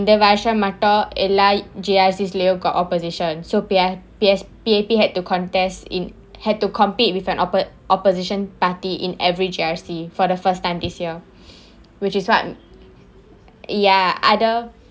இந்த வருஷம் மட்டும்:intha varusham mattum G_R_C ளையும்:laiyum got opposition so P_R P_S P_A_P had to contest in had to compete with a oppo~ opposition party in every G_R_C for the first time this year which is what ya other